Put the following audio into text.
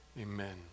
Amen